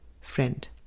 Friend